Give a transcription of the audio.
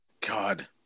God